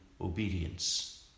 obedience